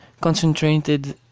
concentrated